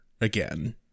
again